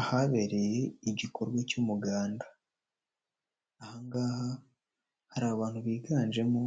Ahabereye igikorwa cy'umuganda, aha ngaha hari abantu biganjemo